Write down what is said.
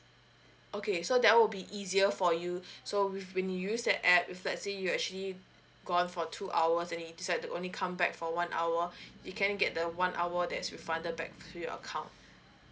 okay so that will be easier for you so with when you use the app if let's say you actually gone for two hours and you have to only set only come back for one hour you can get the one hour that's refunded back to your account